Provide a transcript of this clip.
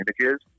images